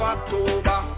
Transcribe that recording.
October